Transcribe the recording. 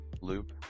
Loop